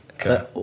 Okay